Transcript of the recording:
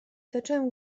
zacząłem